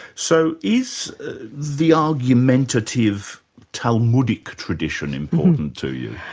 so is the argumentative talmudic tradition important to you?